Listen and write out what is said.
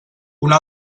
una